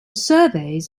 surveys